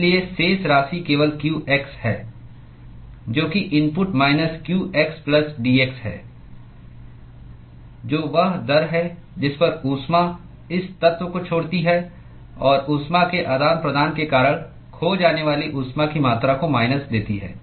इसलिए शेष राशि केवल qx है जो कि इनपुट माइनस q xdx है जो वह दर है जिस पर ऊष्मा इस तत्व को छोड़ती है और ऊष्मा के आदान प्रदान के कारण खो जाने वाली ऊष्मा की मात्रा को माइनस देती है